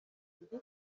bibiri